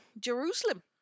Jerusalem